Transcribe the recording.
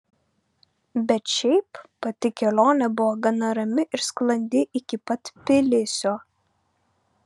bet šiaip pati kelionė buvo gana rami ir sklandi iki pat tbilisio